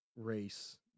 race